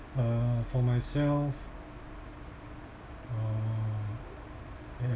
uh for myself uh